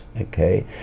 okay